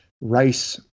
rice